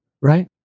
right